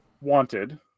wanted